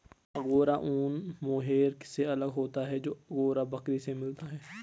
angora ऊन mohair से अलग होता है जो अंगोरा बकरी से मिलता है